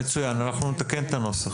מצוין, אנחנו נתקן את הנוסח.